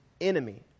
enemy